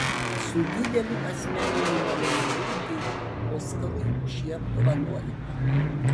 su dideliu asmeniniu malonumu teikiu oskarui šį apdovanojimą